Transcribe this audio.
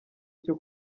cyo